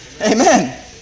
amen